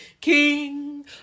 King